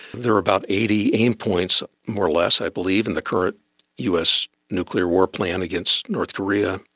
there are about eighty aim points more or less i believe in the current us nuclear war plan against north korea.